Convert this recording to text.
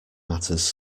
matters